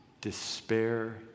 despair